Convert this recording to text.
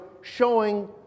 showing